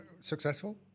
Successful